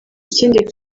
ikindi